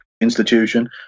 institution